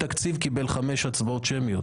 מישהו עוד רוצה לדבר ולהתייחס?